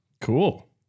Cool